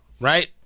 Right